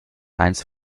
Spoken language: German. eines